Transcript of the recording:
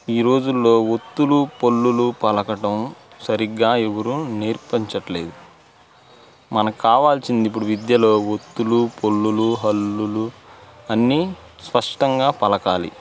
ఈ రోజులలో ఒత్తులు పొల్లులు పలకటం సరిగ్గా ఎవరు నేర్పించట్లేదు మనకు కావాల్సింది ఇప్పుడు విద్యలో ఒత్తులు పొల్లులు హల్లులు అన్నీ స్పష్టంగా పలకాలి